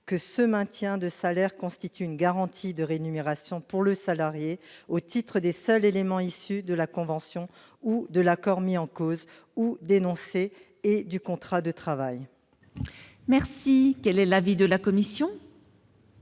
que ce maintien de salaire constitue une garantie de rémunération pour le salarié, au titre des seuls éléments issus de la convention ou de l'accord mis en cause ou dénoncé, et du contrat de travail. Quel est l'avis de la commission ?